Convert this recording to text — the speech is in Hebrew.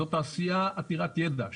זו תעשייה עתירת ידע.